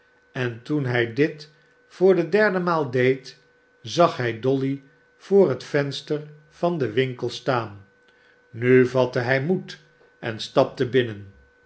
en toen hij dit voor de derde maal deed zag hij dolly voor het venster van den winkel staan nu vatte hij moed en stapte binnen